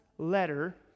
letter